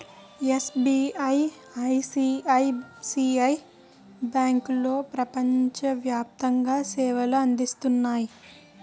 SBI, ICICI బ్యాంకులో ప్రపంచ వ్యాప్తంగా సేవలు అందిస్తున్నాయి